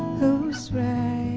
whose rays,